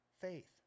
Faith